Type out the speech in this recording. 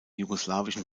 jugoslawischen